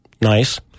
nice